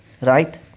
Right